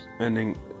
Ending